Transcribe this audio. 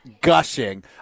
gushing